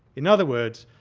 in other words,